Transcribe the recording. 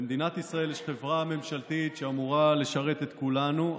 במדינת ישראל יש חברה ממשלתית שאמורה לשרת את כולנו,